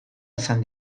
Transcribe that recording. esan